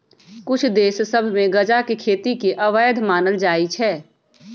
कुछ देश सभ में गजा के खेती के अवैध मानल जाइ छै